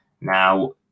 Now